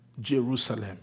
Jerusalem